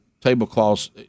tablecloths